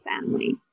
family